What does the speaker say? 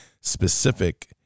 specific